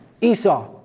Esau